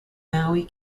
maui